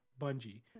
Bungie